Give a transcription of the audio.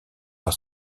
par